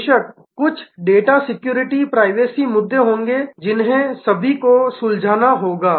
बेशक कुछ data security privacy मुद्दे होंगे जिन्हें सभी को सुलझाना होगा